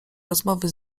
rozmowy